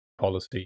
policy